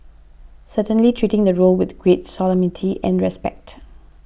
certainly treating the role with great solemnity and respect